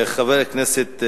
חבר הכנסת,